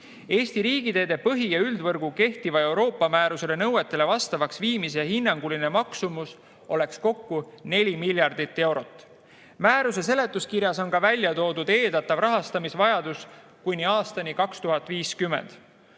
Eesti riigiteede põhi‑ ja üldvõrgu kehtiva Euroopa määrusele nõuetele vastavaks viimise hinnanguline maksumus oleks kokku 4 miljardit eurot. Määruse seletuskirjas on välja toodud ka eeldatav rahastamisvajadus kuni aastani 2050.